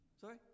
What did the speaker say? Sorry